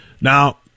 Now